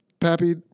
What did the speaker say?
Pappy